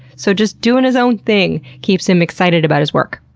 so just doin' his own thing keeps him excited about his work.